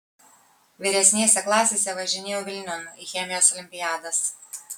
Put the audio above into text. vyresnėse klasėse važinėjau vilniun į chemijos olimpiadas